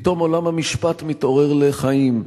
פתאום עולם המשפט מתעורר לחיים,